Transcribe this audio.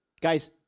Guys